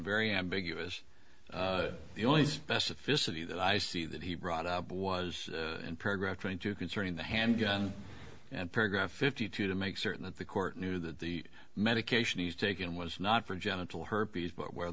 very ambiguous the only specificity that i see that he brought up was in progress trying to concerning the handgun and paragraph fifty two to make certain that the court knew that the medication he's taken was not for genital herpes but where